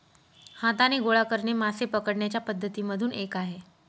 हाताने गोळा करणे मासे पकडण्याच्या पद्धती मधून एक आहे